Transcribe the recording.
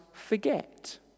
forget